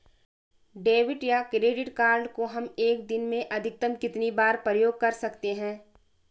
Debit या credit card को हम एक दिन में अधिकतम कितनी बार प्रयोग कर सकते हैं?